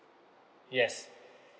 yes